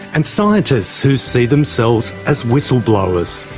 and scientists who see themselves as whistleblowers.